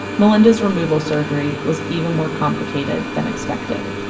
melynda's removal surgery was even more complicated than expected.